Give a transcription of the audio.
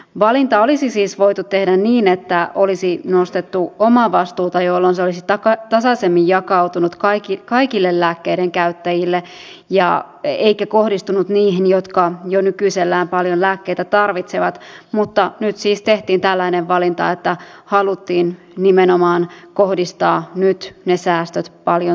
valinta olisi siis voitu tehdä niin että olisi nostettu alkuomavastuuta jolloin se olisi tasaisemmin jakautunut kaikille lääkkeiden käyttäjille eikä olisi kohdistunut niihin jotka jo nykyisellään paljon lääkkeitä tarvitsevat mutta nyt siis tehtiin tällainen valinta että haluttiin nimenomaan kohdistaa nyt ne säästöt paljon sairastaviin